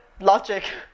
logic